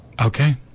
Okay